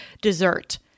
dessert